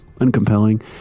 uncompelling